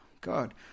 God